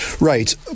Right